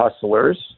hustlers